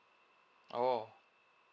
oh